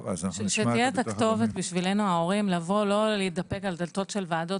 שתהיה כתובת להורים ולא נצטרך להתדפק על דלתות ועדות